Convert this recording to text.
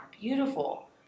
Beautiful